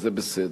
וזה בסדר.